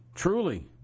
Truly